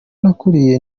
nakuriye